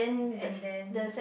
and then